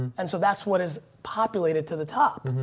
and so that's what is populated to the top.